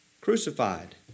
Crucified